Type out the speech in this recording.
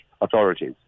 authorities